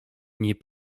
nie